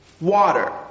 water